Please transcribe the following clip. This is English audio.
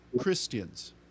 Christians